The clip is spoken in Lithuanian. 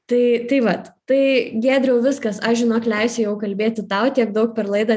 tai tai vat tai giedriau viskas aš žinok leisiu jau kalbėti tau tiek daug per laidą